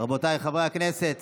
רבותיי חברי הכנסת